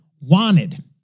Wanted